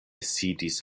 sidis